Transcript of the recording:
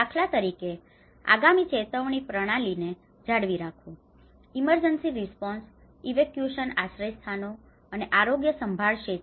દાખલા તરીકે આગામી ચેતવણી પ્રણાલીઓને જાળવી રાખવું ઈમરજન્સી રિસ્પોન્સ ઇવેક્યુએશન આશ્રયસ્થાનો અને આરોગ્ય સંભાળ ક્ષેત્ર